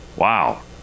Wow